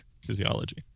physiology